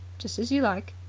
just as you like.